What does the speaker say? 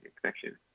connection